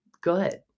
good